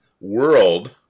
world